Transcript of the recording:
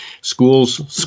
schools